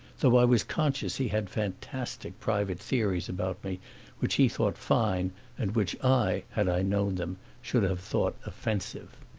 though i was conscious he had fantastic private theories about me which he thought fine and which i, had i known them, should have thought offensive.